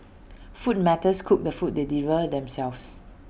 food matters cook the food they deliver themselves